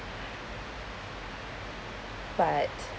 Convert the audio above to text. but